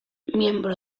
miembro